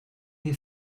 you